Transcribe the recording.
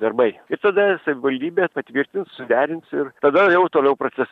darbai ir tada savivaldybė patvirtins suderins ir tada jau toliau prasidės